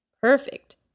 Perfect